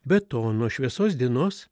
be to nuo šviesos dienos